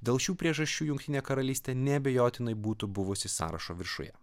dėl šių priežasčių jungtinė karalystė neabejotinai būtų buvusi sąrašo viršuje